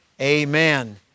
amen